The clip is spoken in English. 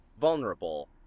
vulnerable